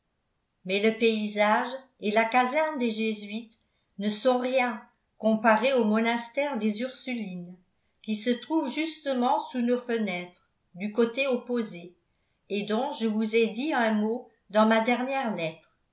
mais le paysage et la caserne des jésuites ne sont rien comparés au monastère des ursulines qui se trouve justement sous nos fenêtres du côté opposé et dont je vous ai dit un mot dans ma dernière lettre